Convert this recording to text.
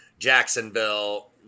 Jacksonville